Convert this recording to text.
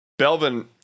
Belvin